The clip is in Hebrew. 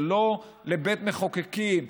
זה לא לבית מחוקקים.